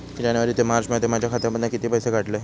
जानेवारी ते मार्चमध्ये माझ्या खात्यामधना किती पैसे काढलय?